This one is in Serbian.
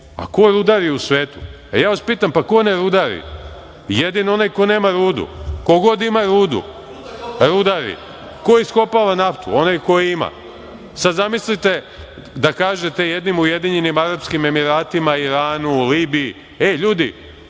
a ko rudari u svetu? A ja vas pitam - ko ne rudari? Jedino onaj ko nema rudu. Ko god ima rudu, rudari. Ko iskopava naftu? Onaj ko je ima. Sad zamislite da kažete jednim Ujedinjenim Arapskim Emiratima, Iranu, Libiji - ej, ljudi,